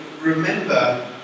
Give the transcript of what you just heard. remember